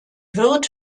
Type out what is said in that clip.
wird